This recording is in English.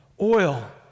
oil